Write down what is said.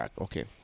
Okay